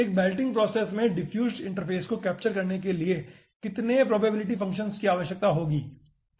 एक melting process में diffused interface को कैप्चर करने के लिए कितने प्रोबेबिलिटी डिस्ट्रीब्यूशन फंक्शन्स की आवश्यकता होती है